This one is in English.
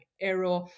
error